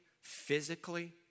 physically